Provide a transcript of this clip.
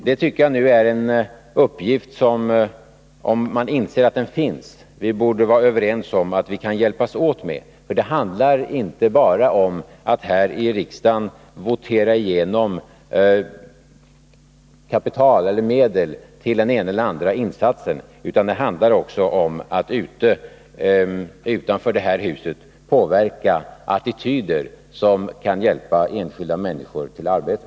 Det är en uppgift som — om man inser att den är viktig — vi borde kunna hjälpas åt med. Det handlar inte bara om att här i kammaren votera igenom medel till den ena eller andra insatsen. Det handlar också om att utanför detta hus påverka attityder, så att enskilda människor kan hjälpas fram till ett arbete.